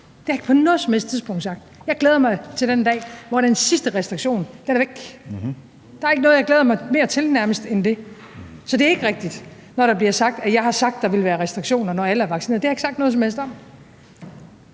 Det har jeg ikke på noget som helst tidspunkt sagt. Jeg glæder mig til den dag, hvor den sidste restriktion er væk. Der er nærmest ikke noget, jeg glæder mig mere til end det. Så det er ikke rigtigt, når der bliver sagt, at jeg har sagt, der ville være restriktioner, når alle er blevet vaccineret. Det har jeg ikke sagt noget som helst om.